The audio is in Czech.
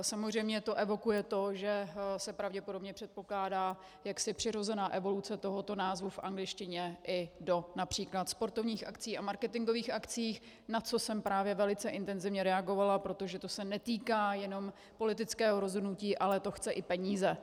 Samozřejmě to evokuje to, že se pravděpodobně předpokládá jaksi přirozená evoluce tohoto názvu v angličtině i do například sportovních akcí a marketingových akcí, na což jsem právě velice intenzivně reagovala, protože to se netýká jenom politického rozhodnutí, ale to chce i peníze.